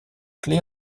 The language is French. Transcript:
clé